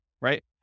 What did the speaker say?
right